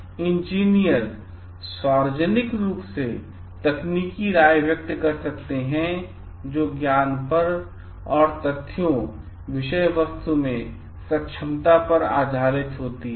इसलिए इंजीनियर सार्वजनिक रूप से तकनीकी राय व्यक्त कर सकते हैं जो ज्ञान पर तथ्यों और विषय वस्तु में सक्षमता पर स्थापित होती हैं